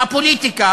בפוליטיקה,